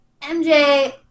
mj